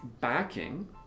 backing